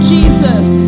Jesus